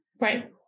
right